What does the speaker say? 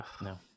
no